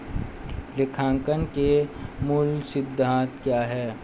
लेखांकन के मूल सिद्धांत क्या हैं?